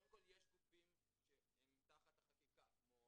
קודם כל יש גופים שהם תחת החקיקה, כמו